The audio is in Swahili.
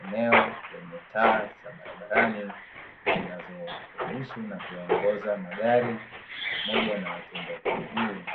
Eneo lenye taa za barabarani zinazo ruhusu na kuyaongoza magari pamoja na watembea kwa miguu,